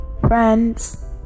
friends